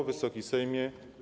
Wysoki Sejmie!